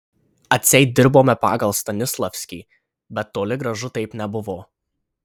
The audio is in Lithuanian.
atseit dirbome pagal stanislavskį bet toli gražu taip nebuvo